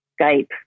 Skype